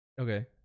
Okay